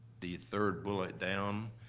the third bullet down,